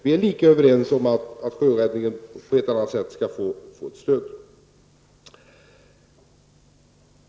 Vi är lika överens om att sjöräddningen på ett eller annat sätt skall få stöd.